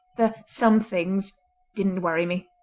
the somethings didn't worry me,